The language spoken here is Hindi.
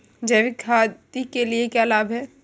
जैविक खेती के क्या लाभ हैं?